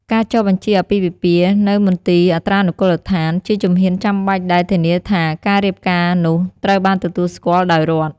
ការចុះបញ្ជីអាពាហ៍ពិពាហ៍នៅមន្ទីរអត្រានុកូលដ្ឋាន ជាជំហានចាំបាច់ដែលធានាថា ការរៀបការនោះត្រូវបានទទួលស្គាល់ដោយរដ្ឋ។